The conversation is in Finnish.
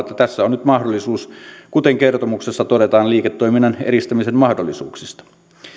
että tässä on nyt mahdollisuus kuten kertomuksessa todetaan liiketoiminnan edistämisen mahdollisuuksista